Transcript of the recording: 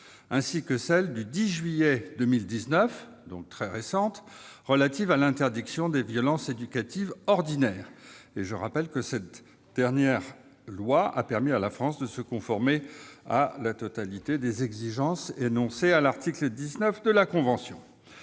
ainsi que celle du 10 juillet 2019- donc, très récente -relative à l'interdiction des violences éducatives ordinaires. Je rappelle que l'adoption de cette dernière loi a permis à la France de se conformer aux exigences énoncées à l'article 19 de la convention.